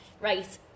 Right